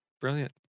brilliant